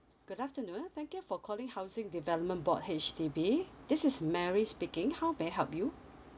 good afternoon thank you for calling housing development board H_D_B this is mary speaking how may I help you